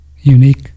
unique